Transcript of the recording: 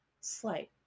Slight